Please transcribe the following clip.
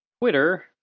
Twitter